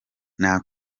nta